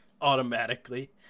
Automatically